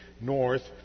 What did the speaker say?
north